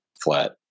flat